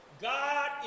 God